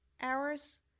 hours